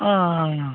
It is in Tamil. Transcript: ஆ ஆ ஆ ஆ